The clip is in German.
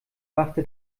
machte